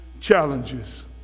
challenges